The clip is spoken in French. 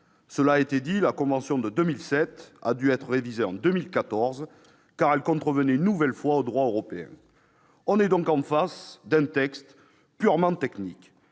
Cela a été dit, la convention de 2007 a dû être révisée en 2014, car elle contrevenait à nouveau au droit européen. Nous sommes donc en présence d'un texte purement technique.